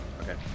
Okay